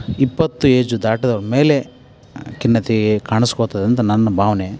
ಇಪ್ಪತ್ತು ಏಜು ದಾಟಿದ ಮೇಲೆ ಖಿನ್ನತೆ ಕಾಣಿಸ್ಕೋತದಂತ ನನ್ನ ಭಾವನೆ